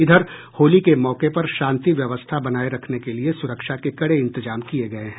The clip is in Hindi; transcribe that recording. इधर होली के मौके पर शांति व्यवस्था बनाये रखने के लिए सुरक्षा के कड़े इंतजाम किये गये हैं